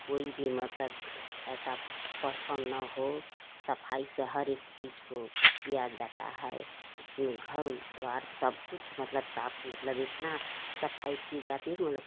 कोई भी मतलब ऐसा फर कम ना हो सफ़ाई से हर एक चीज़ को किया जाता है इसमें घर द्वार सब कुछ मतलब साफ़ मतलब इतना सफ़ाई की जाती है कि मतलब